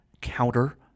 counter